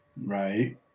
Right